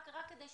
רק כדי שתבינו,